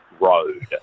Road